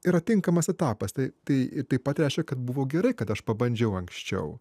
yra tinkamas etapas tai tai taip pat reiškia kad buvo gerai kad aš pabandžiau anksčiau